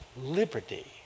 liberty